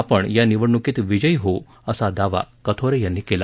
आपण या निवडणुकीत विजय होऊ असा दावा कथोरे यांनी केला